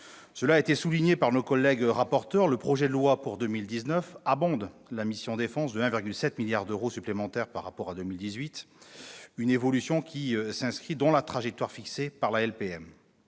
Cela a été souligné par nos collègues rapporteurs, le projet de loi pour 2019 abonde la mission « Défense » de 1,7 milliard d'euros supplémentaires par rapport à 2018, une évolution qui s'inscrit dans la trajectoire fixée par la loi